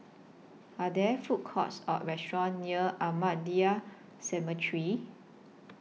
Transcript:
Are There Food Courts Or restaurants near Ahmadiyya Cemetery